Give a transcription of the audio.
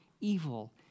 evil